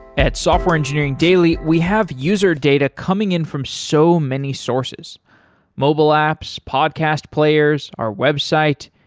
at software engineering daily, we have user data coming in from so many sources mobile apps, podcast players, our website,